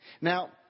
Now